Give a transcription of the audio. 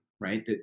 right